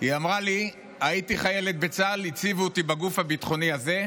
היא אמרה לי: הייתי חיילת בצה"ל והציבו אותי בגוף הביטחוני הזה,